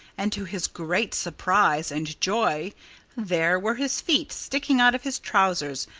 and to his great surprise and joy there were his feet sticking out of his trousers,